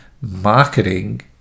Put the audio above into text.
marketing